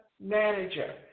manager